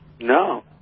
No